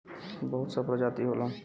बहुत सा प्रजाति होला